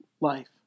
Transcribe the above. life